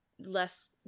less